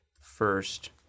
first